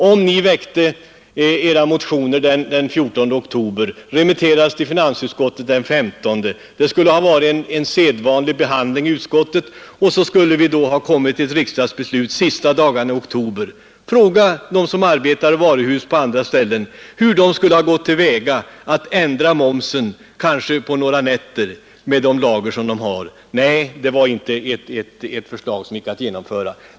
Om ni väckt era motioner den 14 oktober och de remitterats till finansutskottet den 15 samt en behandlig i sedvanlig ordning skulle äga rum i utskottet så att riksdagen skulle kunna fatta sitt beslut någon av de sista dagarna i oktober — fråga då dem som arbetar i varuhus och på andra ställen, hur de skulle ha gått till väga för att ändra momsen kanske på några nätter med de lager som de har! Nej, det var inte ett förslag som gick att genomföra.